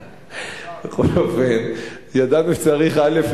בכל אופן, ידענו שצריך, א.